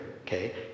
okay